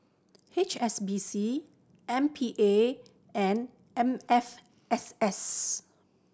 H S B C M P A and M F S S